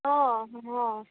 ହଁ ହଁ